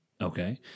Okay